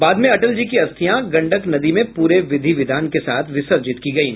बाद में अटल जी की अस्थियां गंडक नदी में पूरे विधि विधान के साथ विसर्जित की गयी